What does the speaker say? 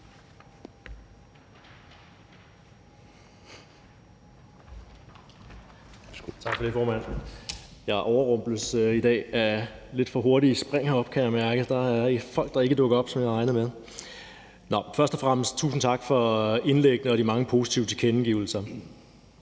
Tak for det, formand. Jeg overrumples i dag af lidt for hurtige spring heroppe, kan jeg mærke. Der er folk, der ikke dukker op, som jeg havde regnet med dukkede op. Først og fremmest vil jeg sige tusind tak for indlæggene og de mange positive tilkendegivelser.